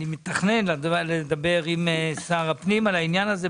מתכנן לדבר עם שר הפנים על העניין הזה,